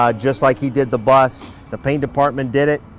um just like he did the bus. the paint department did it,